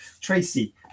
Tracy